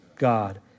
God